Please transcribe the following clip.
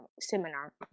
seminar